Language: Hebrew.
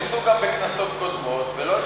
אמרו שניסו גם בכנסות קודמות, ולא הצליחו.